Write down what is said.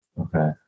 Okay